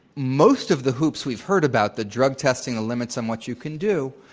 most of the hoops we've heard about, the drug testing, the limits on what you can do,